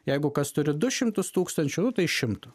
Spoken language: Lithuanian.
jeigu kas turi du šimtus tūkstančių nu tai šimtu